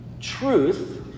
truth